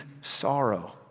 sorrow